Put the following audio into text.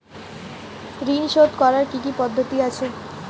ঋন শোধ করার কি কি পদ্ধতি আছে?